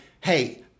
hey